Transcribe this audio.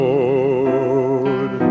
Lord